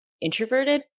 introverted